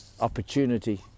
opportunity